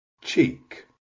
cheek